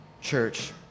church